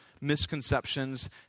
misconceptions